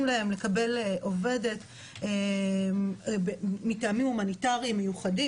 להם לקבל עובדת מטעמים הומניטריים מיוחדים,